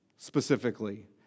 Specifically